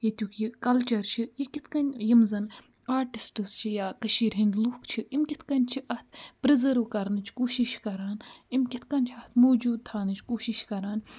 ییٚتیُک یہِ کَلچَر چھِ یہِ کِتھ کَنۍ یِم زَن آٹِسٹٕس چھِ یا کٔشیٖرِ ہِنٛدۍ لُکھ چھِ یِم کِتھ کَنۍ چھِ اَتھ پِرٛزٲرٕو کَرنٕچ کوٗشِش کَران یِم کِتھ کَنۍ چھِ اَتھ موٗجوٗد تھاونٕچ کوٗشِش کَران